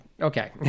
Okay